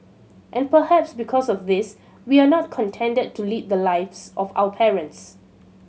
and perhaps because of this we are not contented to lead the lives of our parents